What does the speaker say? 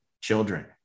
children